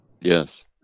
Yes